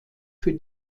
für